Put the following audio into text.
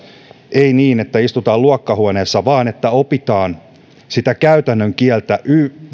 ei niin että istutaan luokkahuoneessa vaan opitaan käytännön kieltä